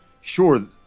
sure